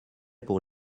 pour